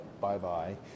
bye-bye